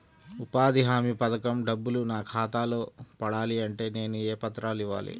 ఉపాధి హామీ పథకం డబ్బులు నా ఖాతాలో పడాలి అంటే నేను ఏ పత్రాలు ఇవ్వాలి?